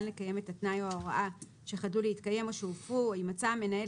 לקיים את התנאי או ההוראה שחדלו להתקיים או שהופרו או אם מצא המנהל